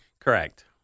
Correct